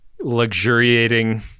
luxuriating